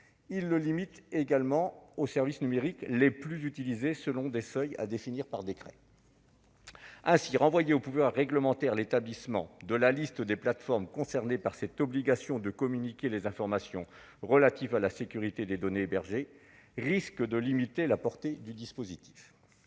également limité aux services numériques les plus utilisés, selon des seuils définis par décret. Renvoyer ainsi au pouvoir réglementaire l'établissement de la liste des plateformes concernées par cette obligation de communiquer les informations relatives à la sécurité des données hébergées risque de limiter la portée du dispositif.